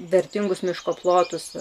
vertingus miško plotus